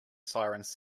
sirens